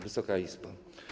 Wysoka Izbo!